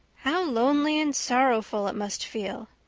how lonely and sorrowful it must feel!